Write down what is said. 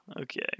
Okay